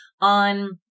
on